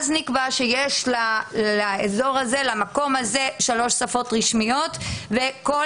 אז נקבע שיש למקום הזה שלוש שפות רשמיות וכל